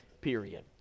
period